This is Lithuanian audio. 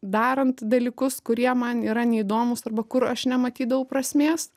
darant dalykus kurie man yra neįdomūs arba kur aš nematydavau prasmės